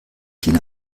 tina